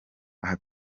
aha